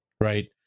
right